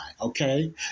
Okay